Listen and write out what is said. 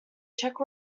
czech